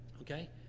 Okay